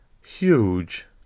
huge